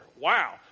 wow